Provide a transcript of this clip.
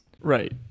Right